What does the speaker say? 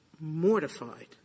mortified